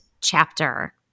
chapter